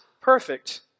perfect